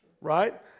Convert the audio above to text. Right